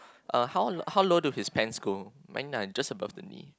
uh how how low do his pants go mine are just above the knee